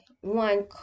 one